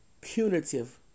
punitive